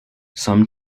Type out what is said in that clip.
some